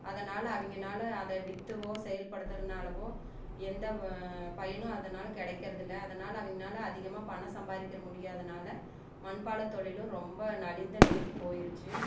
அதனால் அவங்கனால அதை வித்துவோ செயல்படுத்துகிறனாலவோ எந்த பயனும் அதனால் கிடக்கிறதில்ல அதனால் அவங்கனால அதிகமாக பணம் சம்பாதிக்கிற முடியாதனால மண் பானை தொழிலும் ரொம்ப நலிந்த நிலைக்கு போயிடுச்சு